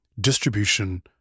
distribution